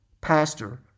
pastor